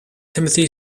timothy